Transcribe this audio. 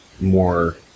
more